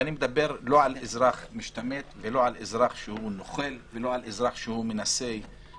ואני מדבר לא על אזרח משתמט ולא על אזרח נוכל ולא על אזרח שמנסה לרמות,